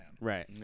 Right